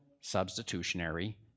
substitutionary